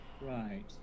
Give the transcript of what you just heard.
right